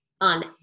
on